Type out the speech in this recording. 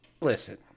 Listen